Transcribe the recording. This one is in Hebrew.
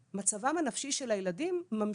פה בוועדת הבריאות של הכנסת בנושא בריאותם הנפשית של הילדים.